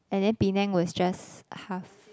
and then Penang was just half